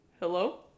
hello